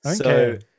Okay